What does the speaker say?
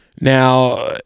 Now